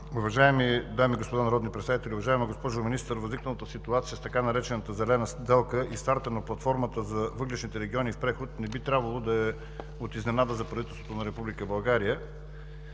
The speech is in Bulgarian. уважаеми дами и господа народни представители! Уважаема госпожо Министър, възникналата ситуация с така наречената зелена сделка и старта на платформата за въглищните региони в преход не би трябвало да е от изненада за правителството на Република България,